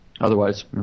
otherwise